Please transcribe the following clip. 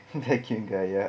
vacuum guy ya